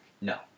No